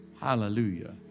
Hallelujah